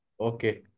Okay